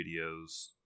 videos